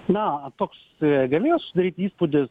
na toks galėjo susidaryti įspūdis